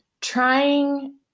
trying